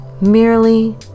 merely